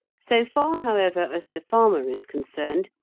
so far however as the farmer is concerned,